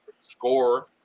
score